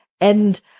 And-